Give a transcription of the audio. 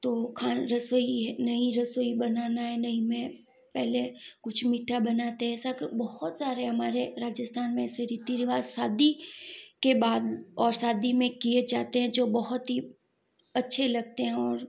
तो खान रसोई है नई रसोई बनाना है नई में पहले कुछ मीठा बनाते हैं ऐसा बहुत सारे हमारे राजस्थान में ऐसे रीति रिवाज शादी के बाद और शादी में किए जाते हैं जो बहुत ही अच्छे लगते हैं और